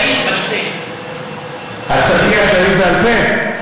הכללים בנושא, הצעתי הכללית בעל-פה?